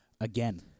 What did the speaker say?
Again